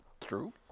True